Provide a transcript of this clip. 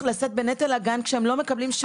לשאת בנטל הגן כשהם לא מקבלים שירות.